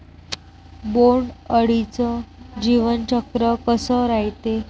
बोंड अळीचं जीवनचक्र कस रायते?